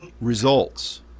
results